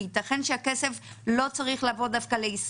כי ייתכן שהכסף לא צריך לעבור לישראל.